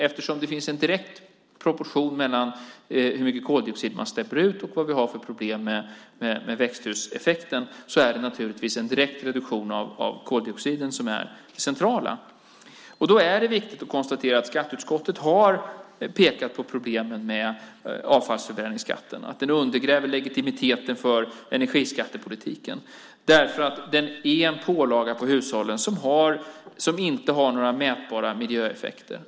Eftersom det finns en direkt proportion mellan hur mycket koldioxid som släpps ut och problemet med växthuseffekten är en direkt reduktion av koldioxiden det centrala. Det är viktigt att konstatera att skatteutskottet har pekat på problemen med avfallsförbränningsskatten. Den undergräver legitimiteten för energiskattepolitiken, eftersom den är en pålaga på hushållen utan några mätbara miljöeffekter.